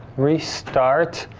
restart.